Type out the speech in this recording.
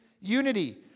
unity